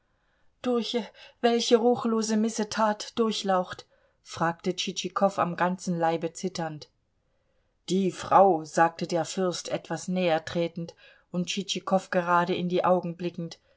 durch welche ruchlose missetat durchlaucht fragte tschitschikow am ganzen leibe zitternd die frau sagte der fürst etwas näher tretend und tschitschikow gerade in die augen blickend